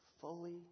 fully